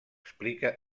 explica